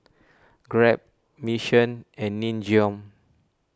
Grab Mission and Nin Jiom